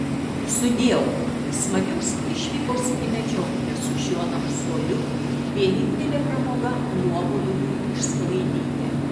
sudieu smagios išvykos į medžioklę su šiuo narsuoliu vienintelė pramoga nuoboduliui išsklaidyti